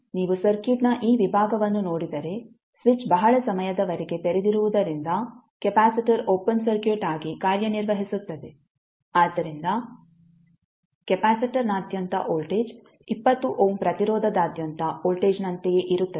ಆದ್ದರಿಂದ ನೀವು ಸರ್ಕ್ಯೂಟ್ನ ಈ ವಿಭಾಗವನ್ನು ನೋಡಿದರೆ ಸ್ವಿಚ್ ಬಹಳ ಸಮಯದವರೆಗೆ ತೆರೆದಿರುವುದರಿಂದ ಕೆಪಾಸಿಟರ್ ಓಪನ್ ಸರ್ಕ್ಯೂಟ್ ಆಗಿ ಕಾರ್ಯನಿರ್ವಹಿಸುತ್ತದೆ ಆದ್ದರಿಂದ ಕೆಪಾಸಿಟರ್ನಾದ್ಯಂತ ವೋಲ್ಟೇಜ್ 20 ಓಮ್ ಪ್ರತಿರೋಧದಾದ್ಯಂತ ವೋಲ್ಟೇಜ್ನಂತೆಯೇ ಇರುತ್ತದೆ